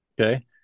Okay